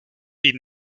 ihnen